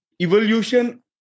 evolution